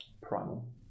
primal